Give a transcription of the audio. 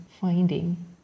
finding